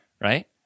Right